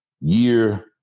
Year